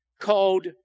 called